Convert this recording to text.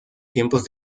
tiempos